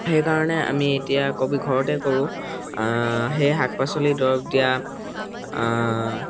সেইকাৰণে আমি এতিয়া কবি ঘৰতে কৰোঁ সেই শাক পাচলি দৰৱ দিয়া